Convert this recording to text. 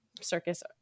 circus